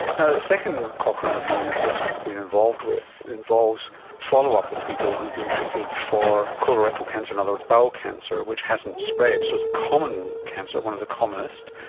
you know second cochrane review you've just been involved with involves follow-up of people who have been treated for colorectal cancer, in other words, bowel cancer, which hasn't spread. so it's a common cancer, one of the commonest,